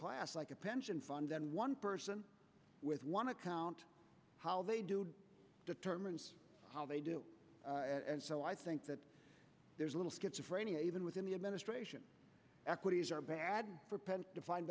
class like a pension fund than one person with one account how they do determines how they do and so i think that there's a little schizophrenia even within the administration equities are bad for pent defined